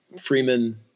Freeman